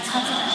אדוני